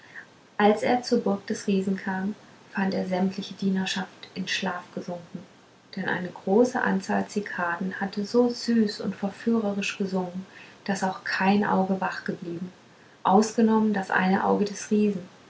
als er zur burg des riesen kam fand er sämtliche dienerschaft in schlaf gesunken denn eine große anzahl zikaden hatten so süß und verführerisch gesungen daß auch kein auge wach geblieben ausgenommen das eine auge des riesen